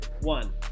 one